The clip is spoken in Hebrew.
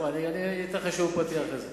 לא שמעת אותי.